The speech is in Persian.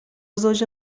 زوج